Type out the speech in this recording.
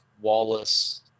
Wallace